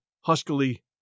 huskily